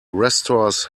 restores